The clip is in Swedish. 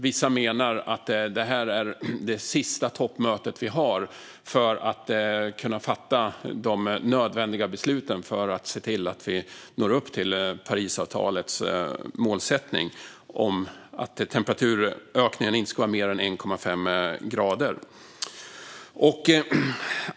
Vissa menar att det här är det sista toppmöte vi har för att kunna fatta de nödvändiga besluten för att se till att vi når upp till Parisavtalets målsättning om att temperaturökningen inte ska vara större än 1,5 grader.